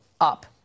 up